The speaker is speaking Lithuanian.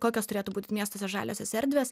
kokios turėtų būti miestuose žaliosios erdvės